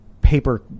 paper